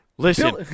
Listen